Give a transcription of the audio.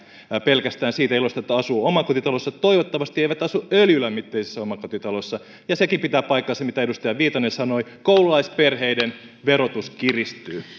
pelkästään siitä ilosta että asuu omakotitalossa toivottavasti eivät asu öljylämmitteisessä omakotitalossa ja sekin pitää paikkansa mitä edustaja viitanen sanoi koululaisperheiden verotus kiristyy